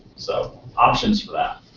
so options for that.